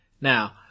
Now